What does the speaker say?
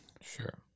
Sure